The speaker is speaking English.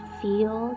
feel